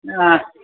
ह